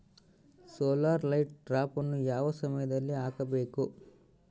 Solar light ಟ್ರಾಪನ್ನು ಯಾವ ಸಮಯದಲ್ಲಿ ಹಾಕಬೇಕು?